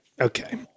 okay